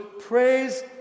praise